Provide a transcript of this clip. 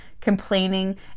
complaining